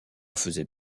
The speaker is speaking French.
faisait